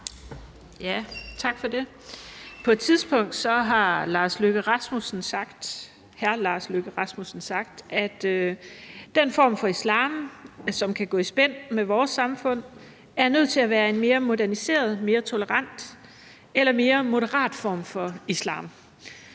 På et tidspunkt har hr. Lars Løkke Rasmussen sagt, at den form for islam, som kan gå i spænd med vores samfund, er nødt til at være en mere moderniseret, mere tolerant eller mere moderat form for islam.